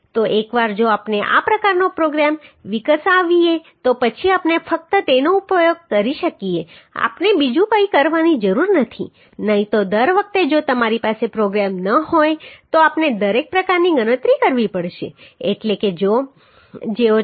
તો એકવાર જો આપણે આ પ્રકારનો પ્રોગ્રામ વિકસાવીએ તો પછી આપણે ફક્ત તેનો ઉપયોગ કરી શકીએ આપણે બીજું કંઈ કરવાની જરૂર નથી નહીં તો દર વખતે જો તમારી પાસે પ્રોગ્રામ ન હોય તો આપણે દરેક પ્રકારની ગણતરી કરવી પડશે એટલે કે જેઓ છે